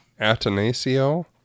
Atanasio